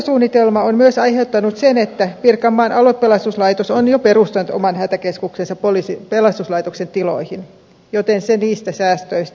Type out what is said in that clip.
siirtosuunnitelma on myös aiheuttanut sen että pirkanmaan aluepelastuslaitos on jo perustanut oman hätäkeskuksensa pelastuslaitoksen tiloihin joten se niistä säästöistä